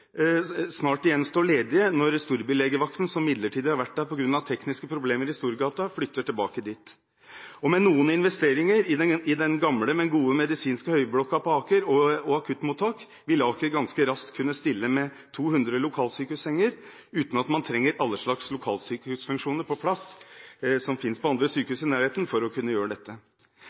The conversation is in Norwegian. snart stå ledige igjen, når storbylegevakten, som har vært der midlertidig på grunn av tekniske problemer i Storgata, flytter tilbake. Med noen investeringer i den gamle, men gode medisinske høyblokken og akuttmottaket vil Aker ganske raskt kunne stille med 200 lokalsykehussenger, uten at man trenger alle slags lokalsykehusfunksjoner – som finnes på andre sykehus i nærheten – på plass for å kunne gjøre det. Dette